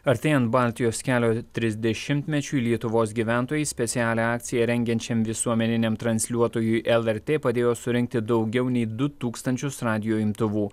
artėjant baltijos kelio trisdešimtmečiui lietuvos gyventojai specialią akciją rengiančiam visuomeniniam transliuotojui lrt padėjo surinkti daugiau nei du tūkstančius radijo imtuvų